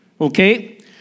Okay